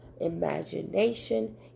imagination